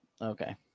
Okay